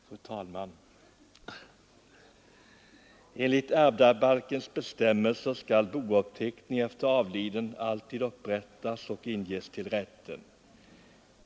Fru talman! Enligt ärvdabalkens bestämmelser skall bouppteckning efter avliden alltid upprättas och inges till rätten.